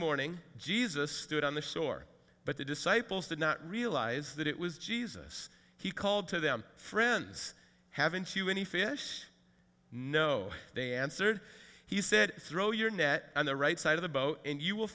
morning jesus stood on the shore but the disciples did not realize that it was jesus he called to them friends haven't you any fish no they answered he said throw your net on the right side of the boat and you will